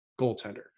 goaltender